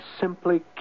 simply